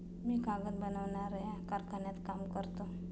मी कागद बनवणाऱ्या कारखान्यात काम करतो